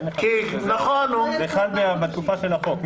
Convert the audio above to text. זה חל בתקופה של החוק,